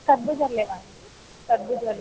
కర్బూజాలు లేవా అండి కర్బూజాలు